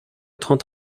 trente